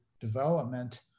development